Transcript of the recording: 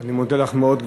אני מודה לך מאוד.